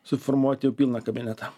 suformuoti jau pilną kabinetą